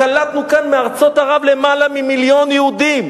קלטנו כאן מארצות ערב למעלה ממיליון יהודים,